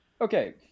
Okay